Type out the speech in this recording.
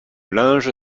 linge